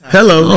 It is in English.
Hello